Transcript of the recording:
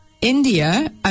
India